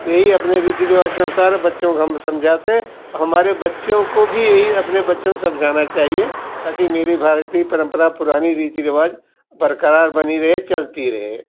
ये ही अपने रीति रिवाज के अनुसार है बच्चों को हम समझाते हैं हमारे बच्चों को भी यही अपने बच्चों को समझाना चाहिए ताकि मेरी भारतीय परम्परा पुरानी रीति रिवाज बरकरार बनी रहे चलती रहे